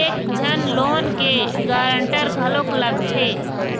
एक झन लोन के गारंटर घलोक लगथे